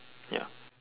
ya